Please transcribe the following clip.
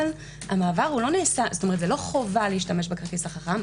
אבל לא חובה להשתמש בכרטיס החכם.